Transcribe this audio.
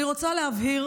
אני רוצה להבהיר